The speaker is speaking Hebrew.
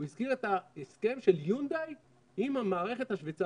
הוא הזכיר את ההסכם של יונדאי עם המערכת השוויצרית,